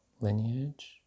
lineage